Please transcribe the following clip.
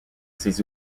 ses